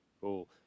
Cool